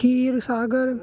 ਖੀਰ ਸਾਗਰ